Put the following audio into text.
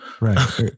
Right